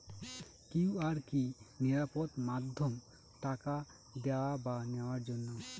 QR কি নিরাপদ মাধ্যম টাকা দেওয়া বা নেওয়ার জন্য?